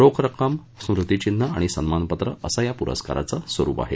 रोख रक्कम स्मृतिचिन्ह आणिसन्मानपत्र असं या पुरस्काराचं स्वरूप आहे